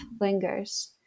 lingers